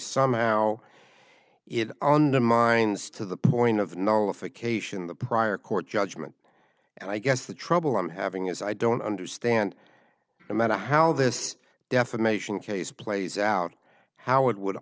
somehow it undermines to the point of no if occasion the prior court judgment and i guess the trouble i'm having is i don't understand the matter how this defamation case plays out how it would